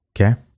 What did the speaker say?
Okay